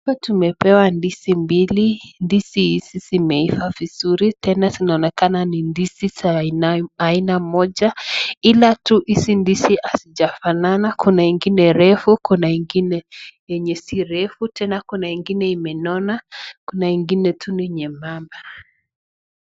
Hapa tumepewa ndizi mbili. Ndizi hizi meva vizuri. Tena zinaonekana ni ndizi ya aina moja ila tu hizi ndizi hazijafanana. Kuna ingine refu, kuna ingine yenye si refu. Tena kuna ingine imenona. Kuna ingine tu ni yenye mamba.